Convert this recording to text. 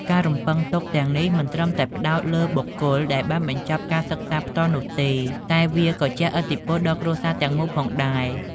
ការរំពឹងទុកទាំងនេះមិនត្រឹមតែផ្តោតលើបុគ្គលដែលបានបញ្ចប់ការសិក្សាផ្ទាល់នោះទេ តែវាក៏ជះឥទ្ធិពលដល់គ្រួសារទាំងមូលផងដែរ។